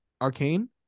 Arcane